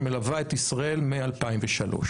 שמלווה את ישראל מ-2003.